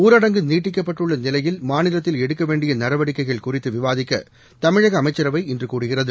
ஊரடங்கு நீட்டிக்கப்பட்டுள்ள நிலையில் மாநிலத்தில் எடுக்க வேண்டிய நடவடிக்கைகள் குறித்து விவாதிக்க தமிழக அமைச்சரவை இன்று கூடுகிறது